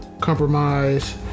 compromise